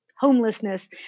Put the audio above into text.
homelessness